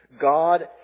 God